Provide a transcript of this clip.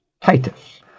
Titus